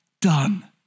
done